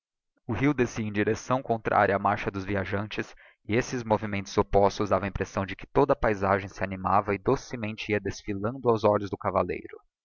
o rio descia em direcção contraria á marcha dos viajantes e esses movimentos oppostos davam a impressão de que toda a paizagem se animava e docemente ia desfilando aos olhos do cavalleiro